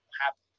happen